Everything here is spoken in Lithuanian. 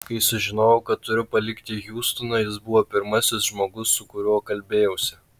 kai sužinojau kad turiu palikti hjustoną jis buvo pirmasis žmogus su kuriuo kalbėjausi